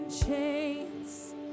Chains